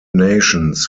nations